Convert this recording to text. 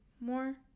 more